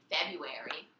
February